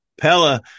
Pella